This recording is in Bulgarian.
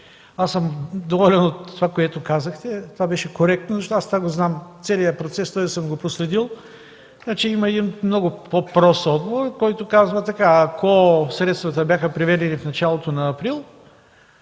аз съм доволен от това, което казахте – беше коректно. Това го знам – целия този процес съм го проследил. Има един много по-прост отговор, който казва така: ако средствата бяха преведени в началото на април,